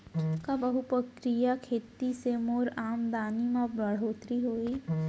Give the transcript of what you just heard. का बहुप्रकारिय खेती से मोर आमदनी म बढ़होत्तरी होही?